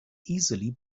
easily